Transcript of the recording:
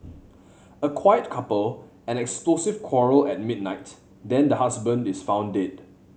a quiet couple and explosive quarrel at midnight then the husband is found dead